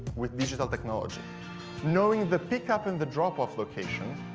with digital technology knowing the pickup and the drop off location.